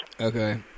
Okay